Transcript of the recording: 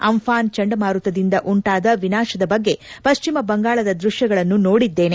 Amphan ಚಂಡಮಾರುತದಿಂದ ಉಂಟಾದ ವಿನಾಶದ ಬಗ್ಗೆ ಪಶ್ಚಿಮ ಬಂಗಾಳದ ದ್ಬಶ್ಯಗಳನ್ನು ನೋಡಿದ್ದೇನೆ